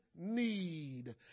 need